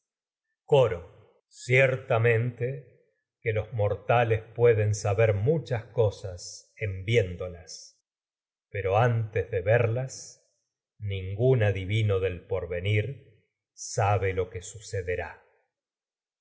coro muchas ciertamente en que los mortales pero pueden saber verlas nin cosas viéndolas antes de gún adivino del porvenir sabe lo que sucederá